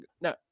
no